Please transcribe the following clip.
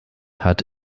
hat